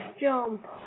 jump